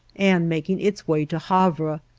and making its way to havre.